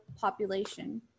population